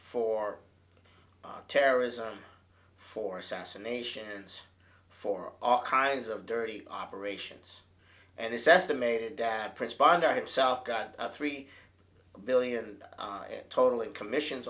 for terrorism for assassinations for all kinds of dirty operations and it's estimated that prince bandar himself got three billion totally commissions